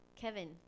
Kevin